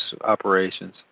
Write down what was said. operations